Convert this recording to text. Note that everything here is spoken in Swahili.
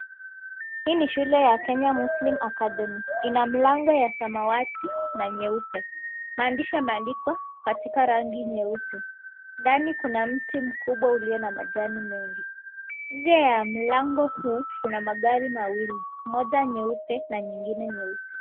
Hii ni shule ya Kenya Muslim Academy. Ina mlango ya samawati na nyeupe. Maandishi yameandikwa katika rangi nyeusi. Ndani kuna mti mkubwa uliyo na majani mengi. Nje ya mlango huu kuna magari mawili. Moja nyeupe na nyingine nyeusi.